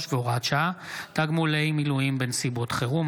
והוראת שעה) (תגמולי מילואים בנסיבות חירום),